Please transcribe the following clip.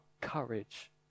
courage